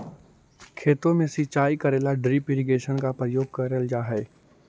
खेतों में सिंचाई करे ला ड्रिप इरिगेशन का प्रयोग करल जा हई